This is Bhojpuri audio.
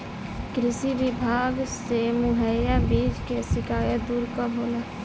कृषि विभाग से मुहैया बीज के शिकायत दुर कब होला?